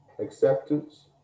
acceptance